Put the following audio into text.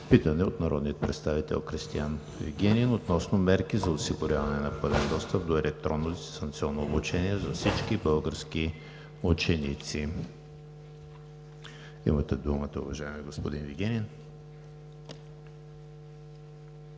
питане от народния представител Кристиан Вигенин относно мерки за осигуряване на пълен достъп до електронно и дистанционно обучение за всички български ученици. Имате думата, уважаеми господин Вигенин.